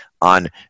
on